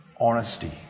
honesty